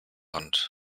hand